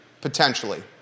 potentially